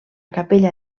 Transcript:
capella